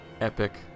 epic